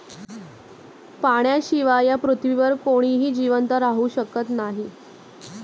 पाण्याशिवाय या पृथ्वीवर कोणीही जिवंत राहू शकत नाही